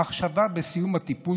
המחשבה בסיום הטיפול,